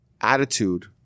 attitude